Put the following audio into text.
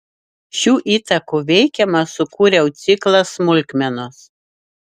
šių įtakų veikiamas sukūriau ciklą smulkmenos